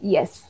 Yes